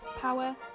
power